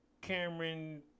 Cameron